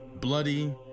bloody